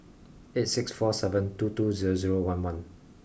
eight six four seven two two zero zero one one